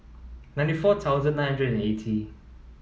ninety four thousand nine hundred and eighty